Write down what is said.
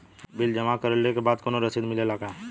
Bill जमा करवले के बाद कौनो रसिद मिले ला का?